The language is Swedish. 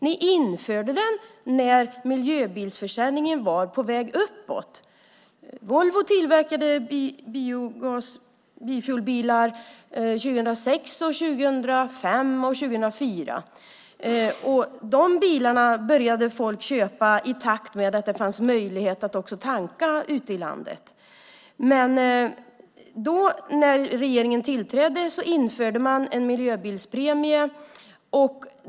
Ni införde den när miljöbilsförsäljningen var på väg uppåt. Volvo tillverkade biofuelbilar 2006, 2005 och 2004. De bilarna började folk köpa i takt med att det fanns möjlighet att tanka ute i landet. När regeringen tillträdde införde den en miljöbilspremie.